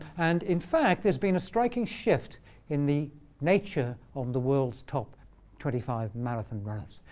and in fact, there's been a striking shift in the nature of the world's top twenty five marathon runners.